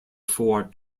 four